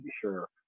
sure